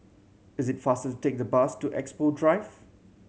is it faster to take the bus to Expo Drive